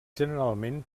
generalment